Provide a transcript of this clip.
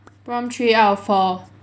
prompt three out of four